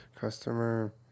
customer